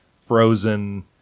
frozen